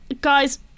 guys